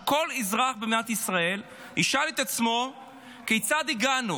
שכל אזרח במדינת ישראל ישאל את עצמו כיצד הגענו